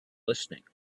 listening